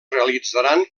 realitzaran